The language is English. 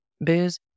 Booze